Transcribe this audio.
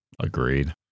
agreed